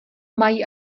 mají